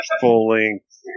full-length